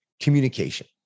communication